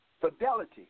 fidelity